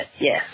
Yes